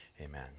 Amen